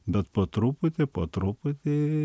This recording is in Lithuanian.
bet po truputį po truputį